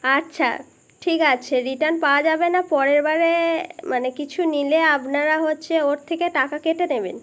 আচ্ছা ঠিক আছে রিটার্ন পাওয়া যাবে না পরের বারে মানে কিছু নিলে আপনারা হচ্ছে ওর থেকে টাকা কেটে নেবেন